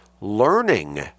learning